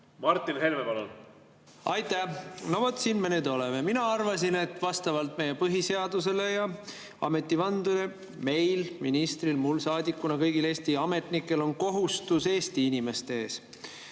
Martin Helme, palun! Aitäh! No vot, siin me nüüd oleme. Mina arvasin, et vastavalt meie põhiseadusele ja ametivandele meil – ministril, mul saadikuna, kõigil Eesti ametnikel – on kohustus Eesti inimeste ees,